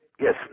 Yes